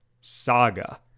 saga